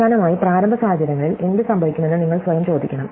അവസാനമായി പ്രാരംഭ സാഹചര്യങ്ങളിൽ എന്ത് സംഭവിക്കുമെന്ന് നിങ്ങൾ സ്വയം ചോദിക്കണം